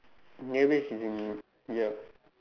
naval base is in ya